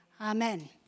Amen